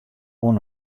oan